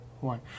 one